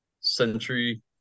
century